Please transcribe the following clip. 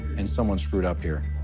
and someone screwed up here,